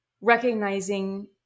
recognizing